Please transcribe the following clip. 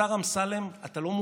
השר אמסלם, אתה לא מעודכן,